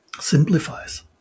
simplifies